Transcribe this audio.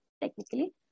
technically